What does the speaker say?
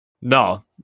No